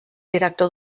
director